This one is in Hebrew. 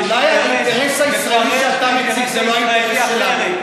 אולי האינטרס הישראלי שאתה מציג זה לא האינטרס שלנו?